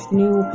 new